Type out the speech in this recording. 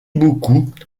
beaucoup